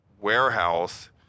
warehouse